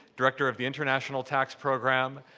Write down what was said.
director of the international tax program,